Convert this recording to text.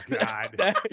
God